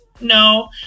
no